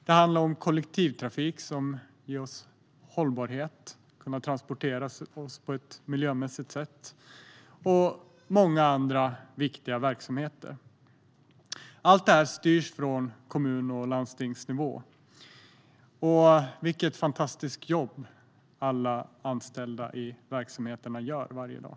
Det handlar om kollektivtrafik, som ger oss hållbarhet så att vi kan transportera oss på ett miljövänligt sätt, och många andra viktiga verksamheter. Allt det här styrs från kommun och landstingsnivå, och vilket fantastiskt jobb alla anställda i verksamheterna gör varje dag!